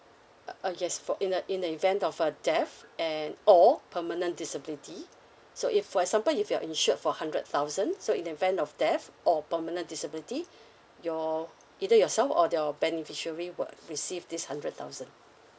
uh uh yes for in the in the event of a death and or permanent disability so if for example if you are insured for hundred thousand so in the event of death or permanent disability your either yourself or your beneficiary will receive this hundred thousand